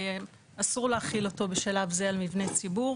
אסור להחיל אותו בשלב זה על מבני ציבור